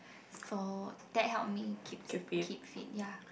for that help me keep keep fit ya